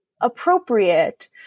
appropriate